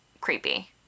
creepy